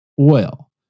oil